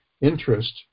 interest